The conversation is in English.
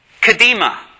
Kadima